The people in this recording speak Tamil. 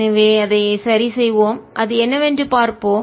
எனவே அதை சரி செய்வோம் அது என்னவென்று பார்ப்போம்